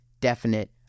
definite